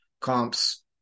comps